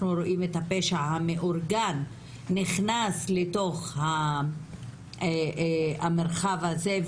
רואים את הפשע המאורגן נכנס לתוך המרחב הזה,